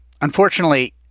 Unfortunately